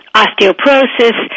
osteoporosis